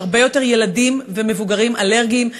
יש הרבה יותר ילדים ומבוגרים אלרגיים.